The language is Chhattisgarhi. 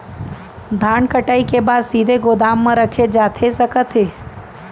धान कटाई के बाद का सीधे गोदाम मा रखे जाथे सकत हे?